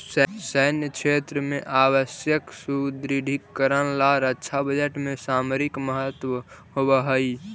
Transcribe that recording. सैन्य क्षेत्र में आवश्यक सुदृढ़ीकरण ला रक्षा बजट के सामरिक महत्व होवऽ हई